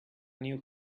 new